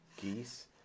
geese